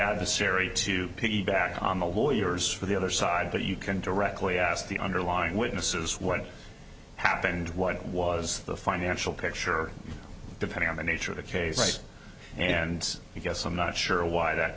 adversary to piggyback on the lawyers for the other side but you can directly ask the underlying witnesses what happened what was the financial picture depending on the nature of the case and i guess i'm not sure why that